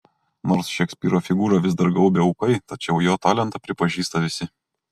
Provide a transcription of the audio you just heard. nors šekspyro figūrą vis dar gaubia ūkai tačiau jo talentą pripažįsta visi